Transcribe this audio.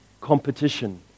competition